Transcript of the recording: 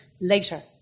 later